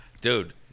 dude